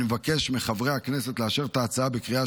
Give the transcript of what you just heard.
אני מבקש מחברי הכנסת לאשר את ההצעה בקריאה